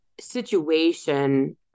situation